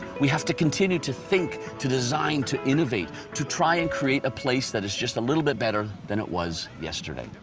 we have to continue to think, to design, to innovate to try and create a place that is just a little bit better than it was yesterday.